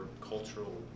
cultural